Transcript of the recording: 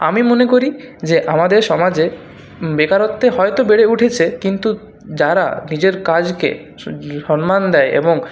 আমি মনে করি যে আমাদের সমাজে বেকারত্ব হয়তো বেড়ে উঠেছে কিন্তু যারা নিজের কাজকে সন্মান দেয় এবং